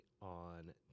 on